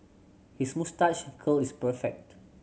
his moustache curl is perfect